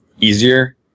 easier